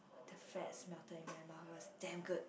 the fats melted in my mouth it was damn good